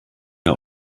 der